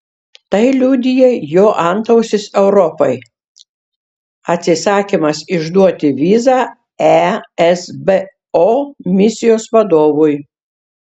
tai liudija jo antausis europai atsisakymas išduoti vizą esbo misijos vadovui